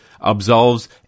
absolves